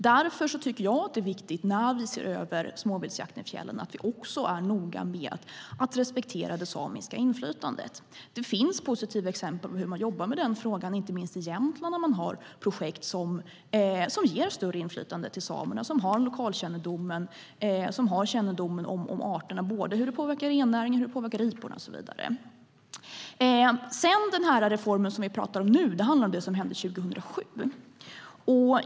Därför tycker jag att det är viktigt när vi ser över småviltsjakten i fjällen att vi också är noga med att respektera det samiska inflytandet. Det finns positiva exempel på hur man jobbar med den frågan, inte minst i Jämtland där man har projekt som ger samerna större inflytande. De har lokalkännedomen och de har kännedomen om arterna, både hur detta påverkar rennäringen och hur det påverkar riporna och så vidare. Den reform som vi pratar om nu handlar om det som hände 2007.